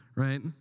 Right